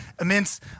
immense